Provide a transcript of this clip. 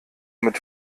mit